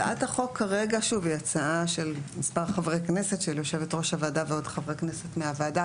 הצעת החוק היא הצעה של יושבת-ראש הוועדה ועוד חברי כנסת מהוועדה.